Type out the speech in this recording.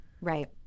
Right